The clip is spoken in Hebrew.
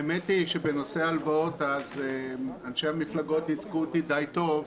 האמת היא שבנושא ההלוואות אנשי המפלגות ייצגו אותי די טוב,